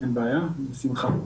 אין בעיה, בשמחה.